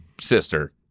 sister